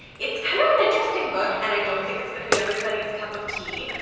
it's kind of an interesting book and i don't think it's going to be everybody's cup of tea,